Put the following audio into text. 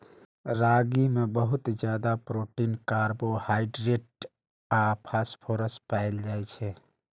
रागी मे बहुत ज्यादा प्रोटीन, कार्बोहाइड्रेट आ फास्फोरस पाएल जाइ छै